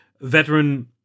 veteran